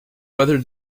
whether